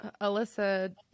Alyssa